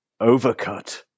overcut